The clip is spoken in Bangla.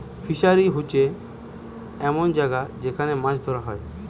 ফিসারী হোচ্ছে এমন জাগা যেখান মাছ ধোরা হয়